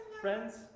friends